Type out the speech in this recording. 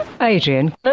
Adrian